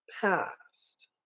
past